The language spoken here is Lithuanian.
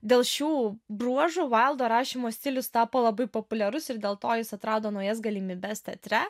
dėl šių bruožų vaildo rašymo stilius tapo labai populiarus ir dėl to jis atrado naujas galimybes teatre